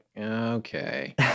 okay